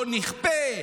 לא נכפה,